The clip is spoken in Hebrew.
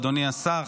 אדוני השר,